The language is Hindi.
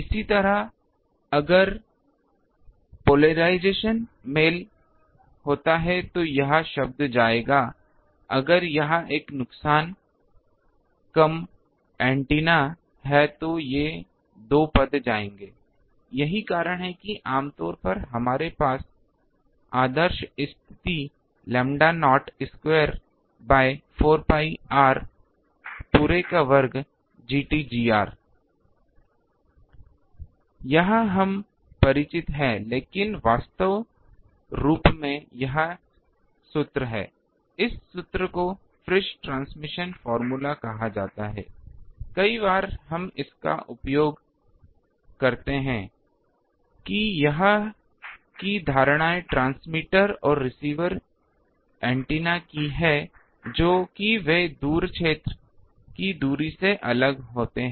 इसी तरह अगर ध्रुवीकरण मेल होता है तो यह शब्द जाएगा अगर यह एक नुकसान कम एंटीना है तो ये दो पद जाएंगे यही कारण है कि आम तौर पर हमारे पास आदर्श स्थिति 𝝺0 वर्ग द्वारा 4 pi R पूरे का वर्ग Gt Gr यह हम परिचित हैं लेकिन वास्तविक रूप में यह सूत्र है इस सूत्र को फ्रिस ट्रांसमिशन फॉर्मूला कहा जाता है कई बार हम इसका उपयोग करते हैं कि यहां की धारणाएं ट्रांसमीटर और रिसीवर ऐन्टेना हैं जो की वे दूर क्षेत्र की दूरी से अलग होते हैं